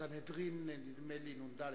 סנהדרין, נדמה לי נ"ד.